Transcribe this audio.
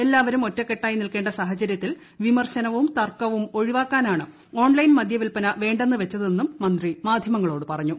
എല്ലാവരും ഒറ്റക്കെട്ടായി നിൽക്കേണ്ട സാഹചര്യത്തിൽ വിമർശനവും തർക്കവും ഒഴിവാക്കാനാണ് ഓൺലൈൻ മദ്യവിൽപ്പന വേണ്ടെന്ന് വച്ചതെന്നും മന്ത്രി മാധ്യമങ്ങളോട് പറഞ്ഞു